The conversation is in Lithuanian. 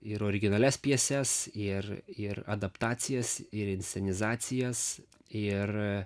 ir originalias pjeses ir ir adaptacijas ir inscenizacijas ir